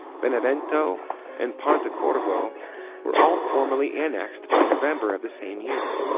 benevento and pontecorvo were all formally annexed by november of the same year.